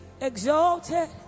exalted